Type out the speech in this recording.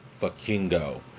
Fakingo